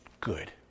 good